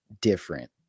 different